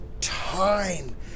time